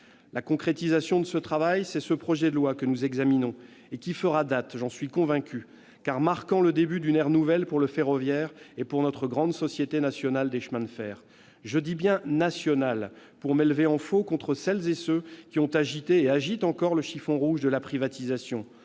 La concrétisation de ce travail, c'est ce projet de loi : il fera date, j'en suis convaincu, car il marque le début d'une ère nouvelle pour le ferroviaire et pour notre grande Société nationale des chemins de fer. Je dis bien :« nationale », pour m'inscrire en faux contre celles et ceux qui ont agité et agitent encore le chiffon rouge de la privatisation.